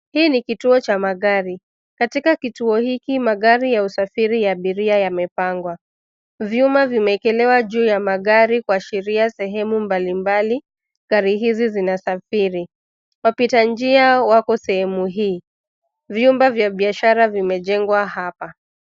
Hii ni kituo cha magari. Katika kituo hiki, magari ya usafiri ya abiria yamepangwa. Vyuma vimeekelewa juu ya magari kuashiria sehemu mbali mbali gari hizi zinasafiri. Wapita njia wako sehemu hii. Vyumba vya biashara vimejengwa hapa.